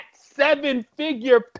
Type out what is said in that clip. seven-figure